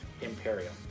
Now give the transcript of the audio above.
Imperium